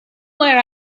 where